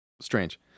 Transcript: strange